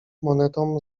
monetą